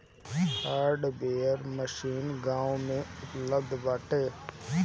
harvester machine गाँव में उपलब्ध बाटे